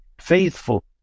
faithful